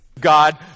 God